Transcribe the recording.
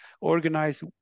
organize